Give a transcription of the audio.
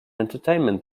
entertainment